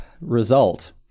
result